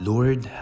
Lord